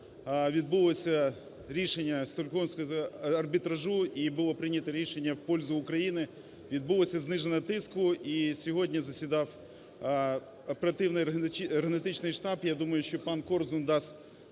відбулося рішення Стокгольмського арбітражу і було прийнято рішення на користь України, відбулося зниження тиску. І сьогодні засідав оперативний енергетичний штаб. Я думаю, що панКорзун дасть